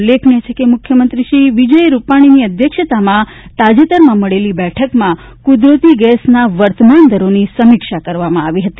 ઉલ્લેખનીય છે કે મુખ્યમંત્રી શ્રી વિજય રૂપાણીની અધ્યક્ષતામાં તાજેતરમાં મળેલી બેઠકમાં કુદરતી ગેસના વર્તમાન દરોની સમીક્ષા કરવામાં આવી હતી